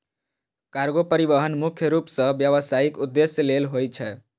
cargo परिवहन मुख्य रूप सं व्यावसायिक उद्देश्य लेल होइ छै